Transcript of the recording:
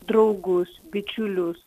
draugus bičiulius